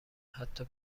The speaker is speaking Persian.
حتی